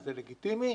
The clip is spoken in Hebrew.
זה לגיטימי,